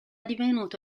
divenuto